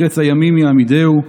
ולקץ הימין יעמידהו,